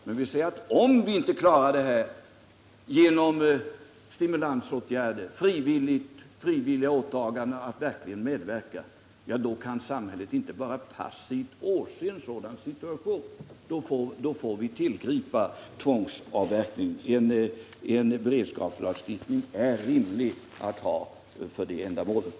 Men vi säger att om vi inte klarar detta genom stimulansåtgärder, frivilliga åtaganden att verkligen medverka, då kan samhället inte bara passivt åse en sådan situation, då får vi tillgripa tvångsavverkning. Det är rimligt att ha en beredskapslagstiftning för det ändamålet.